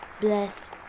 bless